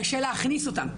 קשה להכניס אותם.